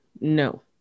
no